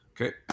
Okay